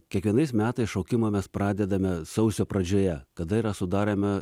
kiekvienais metais šaukimą mes pradedame sausio pradžioje kada yra sudaromi